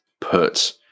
put